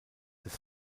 des